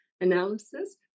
analysis